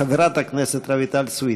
חברת הכנסת רויטל סויד.